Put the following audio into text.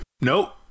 Nope